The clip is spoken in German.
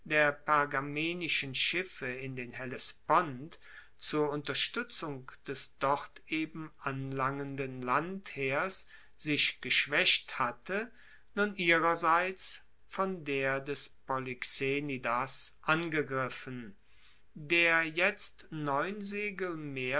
der pergamenischen schiffe in den hellespont zur unterstuetzung des dort eben anlangenden landheers sich geschwaecht hatte nun ihrerseits von der des polyxenidas angegriffen der jetzt neun segel